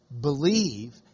Believe